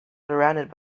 surrounded